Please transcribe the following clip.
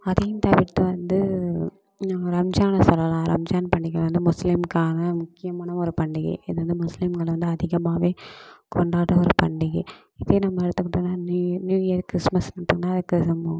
அதையும் தவிர்த்து வந்து ரம்ஜான் சொல்லலாம் ரம்ஜான் பண்டிகை வந்து முஸ்லீம்காக முக்கியமான ஒரு பண்டிகை இது வந்து முஸ்லீம்கள் வந்து அதிகமாக கொண்டாடுகிற ஒரு பண்டிகை இதே நம்ம எடுத்துக்கிட்டோன்னா நியூ நியூஇயர் கிறிஸ்மஸ்னு போனால் அதுக்கு நம்ம